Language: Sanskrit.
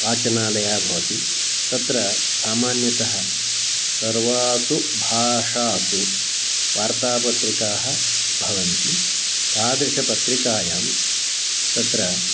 वचनालयः भवति तत्र सामान्यतः सर्वासु भाषासु वार्तापत्रिकाः भवन्ति तादृशपत्रिकायां तत्र